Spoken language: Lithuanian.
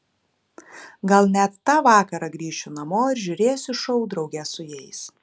gal net tą vakarą grįšiu namo ir žiūrėsiu šou drauge su jais